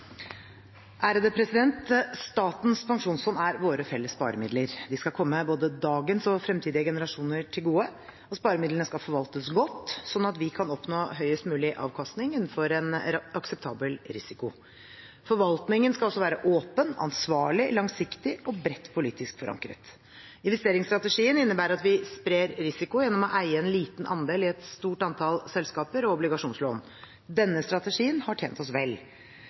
våre felles sparemidler. De skal komme både dagens og fremtidige generasjoner til gode, og sparemidlene skal forvaltes godt, slik at vi kan oppnå høyest mulig avkastning innenfor en akseptabel risiko. Forvaltningen skal også være åpen, ansvarlig, langsiktig og bredt politisk forankret. Investeringsstrategien innebærer at vi sprer risiko gjennom å eie en liten andel i et stort antall selskaper og obligasjonslån. Denne strategien har tjent oss vel.